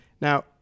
Now